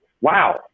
wow